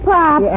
Pop